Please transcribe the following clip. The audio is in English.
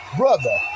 brother